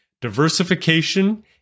diversification